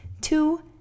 two